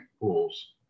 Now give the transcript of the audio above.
pools